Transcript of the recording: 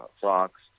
Fox